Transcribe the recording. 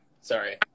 Sorry